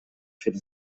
фильм